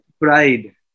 Pride